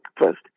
first